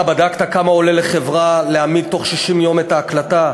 אתה בדקת כמה עולה לחברה להעמיד בתוך 60 יום את ההקלטה?